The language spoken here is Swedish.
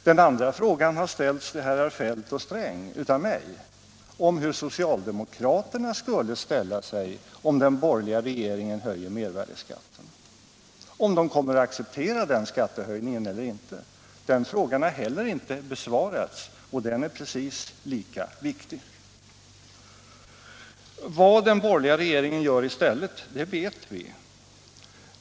Den andra frågan har riktats till herrar Feldt och Sträng av mig, om hur socialdemokraterna skulle ställa sig ifall den borgerliga regeringen höjer mervärdeskatten —- om de kommer att acceptera den skattehöjningen eller inte. Den frågan har heller inte besvarats, och den är precis lika viktig. Vad den borgerliga regeringen gör i stället, det vet vi.